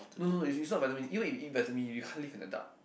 no no no it's not Vitamin D even if you eat Vitamin D you can't live in the dark